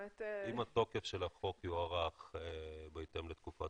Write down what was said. אם התוקף של החוק יוארך בהתאם לתקופת